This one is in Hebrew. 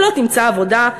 ולא תמצא עבודה.